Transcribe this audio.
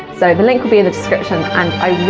so the link will be in the description and i